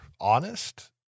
honest